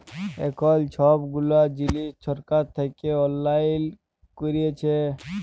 এখল ছব গুলা জিলিস ছরকার থ্যাইকে অললাইল ক্যইরেছে